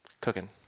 cooking